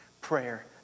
prayer